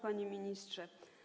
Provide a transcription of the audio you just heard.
Panie Ministrze!